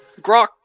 Grok